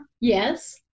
Yes